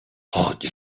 choć